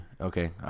okay